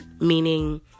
meaning